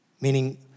Meaning